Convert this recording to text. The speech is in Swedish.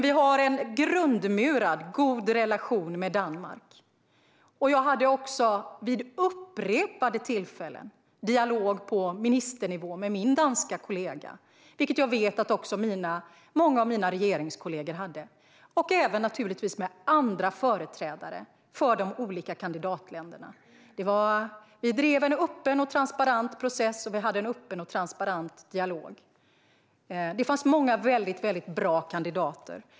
Vi har en grundmurad, god relation med Danmark. Jag hade också vid upprepade tillfällen dialog på ministernivå med min danska kollega, vilket jag vet att också många av mina regeringskollegor hade, liksom med andra företrädare för de olika kandidatländerna. Vi drev en öppen och transparent process och hade en öppen och transparent dialog. Det fanns många väldigt bra kandidater.